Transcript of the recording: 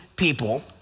People